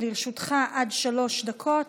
לרשותך עד שלוש דקות,